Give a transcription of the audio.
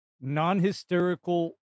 non-hysterical